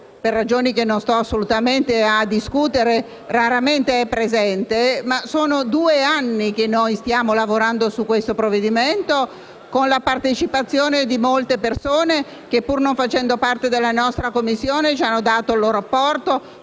per ragioni che non sto assolutamente a discutere - raramente è presente, ma sono due anni che stiamo lavorando su questo provvedimento, con la partecipazione di molte persone che, pur non facendo parte della nostra Commissione, ci hanno dato il loro apporto,